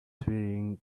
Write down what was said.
during